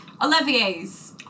Olivier's